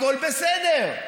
הכול בסדר.